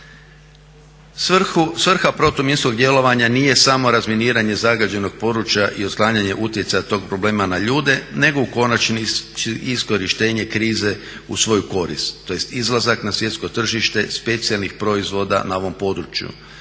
Svrha protuminskog djelovanja nije samo razminiranje zagađenog područja i otklanjanje utjecaja tog problema na ljude nego u konačnici iskorištenje krize u svoju korist tj. izlazak na svjetsko tržište specijalnih proizvoda na ovom području.